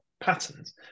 patterns